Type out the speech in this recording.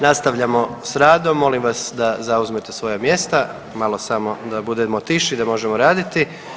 Nastavljamo s radom, molim vas da zauzmete svoja mjesta, malo samo da budemo tiši da možemo raditi.